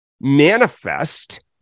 manifest